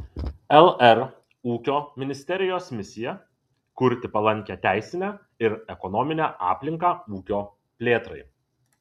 lr ūkio ministerijos misija kurti palankią teisinę ir ekonominę aplinką ūkio plėtrai